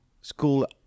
school